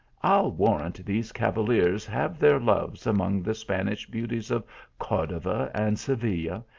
i ll warrant these cavaliers have their loves among the spanish beauties of cordova and seville,